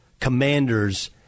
commander's